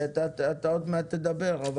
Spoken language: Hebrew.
אתה עוד מעט תדבר.